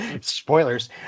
spoilers